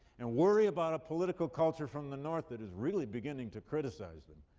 and worry about a political culture from the north that is really beginning to criticize them,